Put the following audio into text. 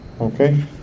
Okay